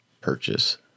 purchase